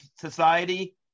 society